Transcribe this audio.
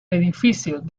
edificios